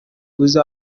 uzi